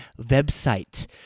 website